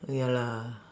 ya lah